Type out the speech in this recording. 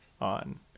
on